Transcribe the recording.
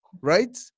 right